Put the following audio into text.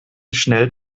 schnell